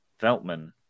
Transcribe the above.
Veltman